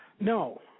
No